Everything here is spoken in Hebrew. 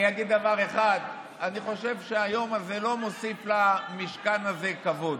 אני אגיד דבר אחד: אני חושב שהיום הזה לא מוסיף למשכן הזה כבוד.